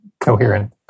coherent